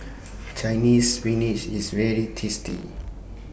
Chinese Spinach IS very tasty